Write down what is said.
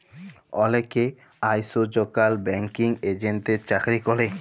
অলেকে আইজকাল ব্যাঙ্কিং এজেল্টের চাকরি ক্যরে